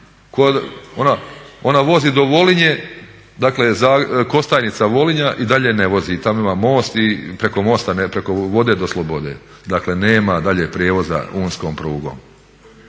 Ona vozi do Volinje dakle Kostajnica-Volinja i dalje ne vozi, tamo ima most i preko vode do slobode. Dakle nema dalje prijevoza unskom prugom.